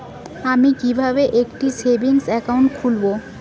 আমি কিভাবে একটি সেভিংস অ্যাকাউন্ট খুলব?